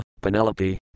Penelope